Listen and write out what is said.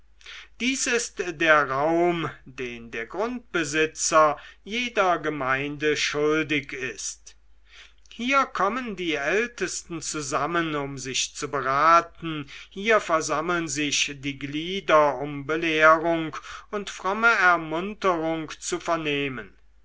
dies ist der raum den der grundbesitzer jeder gemeinde schuldig ist hier kommen die ältesten zusammen um sich zu beraten hier versammeln sich die glieder um belehrung und fromme ermunterung zu vernehmen